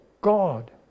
God